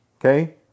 Okay